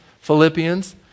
Philippians